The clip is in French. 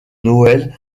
noël